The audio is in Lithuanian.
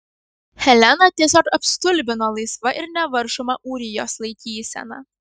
heleną tiesiog apstulbino laisva ir nevaržoma ūrijos laikysena